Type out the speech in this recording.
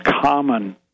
common